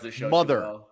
mother